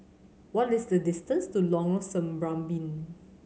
what is the distance to Lorong Serambi